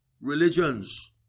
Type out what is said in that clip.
religions